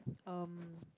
um